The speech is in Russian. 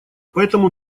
поэтому